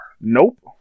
Nope